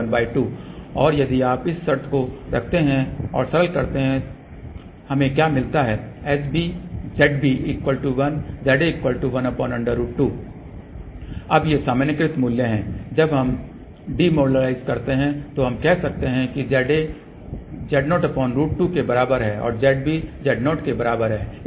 212 और यदि आप इस शर्त को रखते हैं और सरल करते हैं हमें क्या मिलता है zb 1 za 1√2 अब ये सामान्यीकृत मूल्य हैं जब हम डीनोर्मालिज़ेड करते हैं हम कह सकते हैं कि Za Z0√2 के बराबर है और Zb Z0 के बराबर है